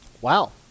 Wow